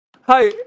Hi